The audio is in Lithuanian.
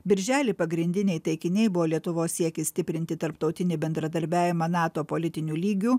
birželį pagrindiniai taikiniai buvo lietuvos siekis stiprinti tarptautinį bendradarbiavimą nato politiniu lygiu